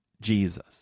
Jesus